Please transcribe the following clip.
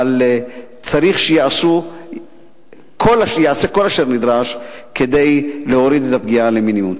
אבל צריך שייעשה כל אשר נדרש כדי להוריד את הפגיעה למינימום.